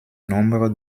nombre